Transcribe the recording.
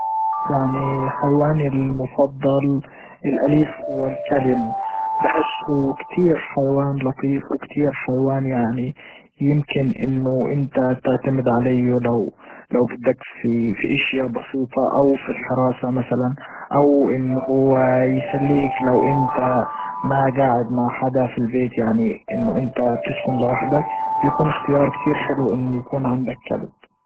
يعني حيواني المفضل الاليف هو الكلب بحسوا كتير حيوان لطيف وكتير حيوان يعني يمكن انه انت تعتمد عليه لو لو بدك في في اشيا بسيطة او في الحراسة مثلا او ان هو يسليك لو انت ما قاعد مع حدا في البيت يعني انه انت بتسكن لوحدك بيكون اختيار كتير حلو انه يكون عندك كلب.